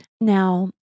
now